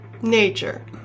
Nature